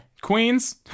Queens